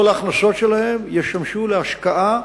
כל ההכנסות שלהם ישמשו להשקעה,